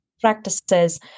practices